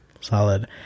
solid